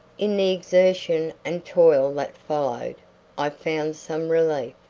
in the exertion and toil that followed i found some relief.